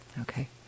okay